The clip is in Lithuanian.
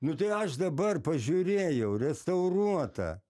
nu tai aš dabar pažiūrėjau restauruota